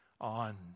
on